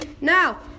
now